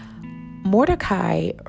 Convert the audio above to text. Mordecai